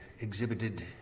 exhibited